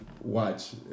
watch